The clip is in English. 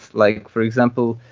like for example,